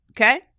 okay